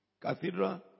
Cathedral